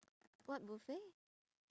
what buffet